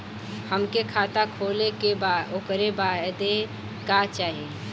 हमके खाता खोले के बा ओकरे बादे का चाही?